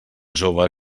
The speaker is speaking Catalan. jove